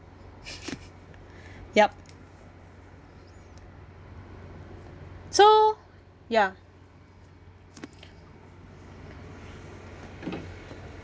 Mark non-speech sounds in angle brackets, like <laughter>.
<laughs> yup so ya